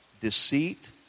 deceit